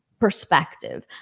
perspective